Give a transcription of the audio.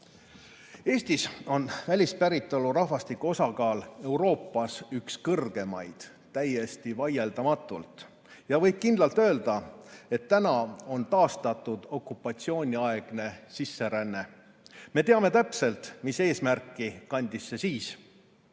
Eestis on välispäritolu rahvastiku osakaal Euroopas üks kõrgeimaid, täiesti vaieldamatult. Ja võib kindlalt öelda, et on taastatud okupatsiooniaegne sisseränne. Me teame täpselt, mis eesmärki kandis see siis.